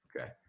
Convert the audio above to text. Okay